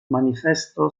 manifesto